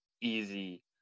easy